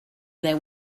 there